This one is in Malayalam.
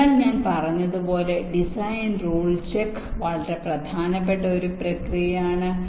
അതിനാൽ ഞാൻ പറഞ്ഞതുപോലെ ഡിസൈൻ റൂൾ ചെക്ക് വളരെ പ്രധാനപ്പെട്ട ഒരു പ്രക്രിയയാണ്